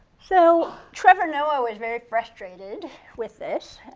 so trevor noah was very frustrated with this.